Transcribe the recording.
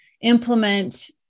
implement